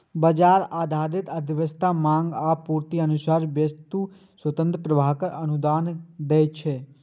बाजार आधारित अर्थव्यवस्था मांग आ आपूर्तिक अनुसार वस्तुक स्वतंत्र प्रवाहक अनुमति दै छै